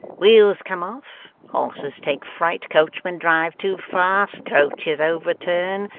wheels come off, horses take fright, coachmen drive too fast, coaches overturn.